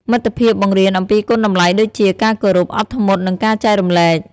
មិត្តភាពបង្រៀនអំពីគុណតម្លៃដូចជា ការគោរព អត់ធ្មត់ និងការចែករំលែក។